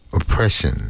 oppression